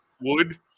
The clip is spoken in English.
Wood